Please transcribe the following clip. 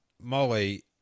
Molly